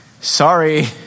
Sorry